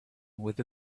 with